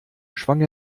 schwang